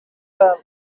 well